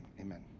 amen